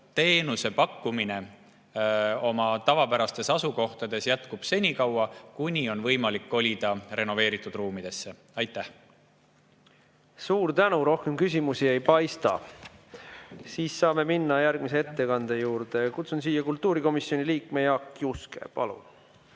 Teenuse pakkumine tavapärastes asukohtades jätkub senikaua, kuni on võimalik kolida renoveeritud ruumidesse. Suur tänu! Rohkem küsimusi ei paista. Saame minna järgmise ettekande juurde. Kutsun siia kultuurikomisjoni liikme Jaak Juske. Palun!